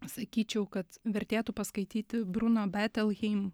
sakyčiau kad vertėtų paskaityti bruno betelhim